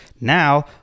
Now